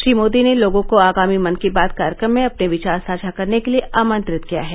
श्री मोदी ने लोगों को आगामी मन की बात कार्यक्रम में अपने विचार साझा करने के लिए आमंत्रित किया है